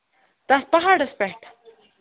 تَتھ پَہاڑس پٮ۪ٹھ